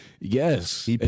Yes